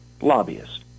Lobbyists